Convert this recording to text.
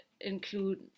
include